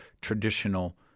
traditional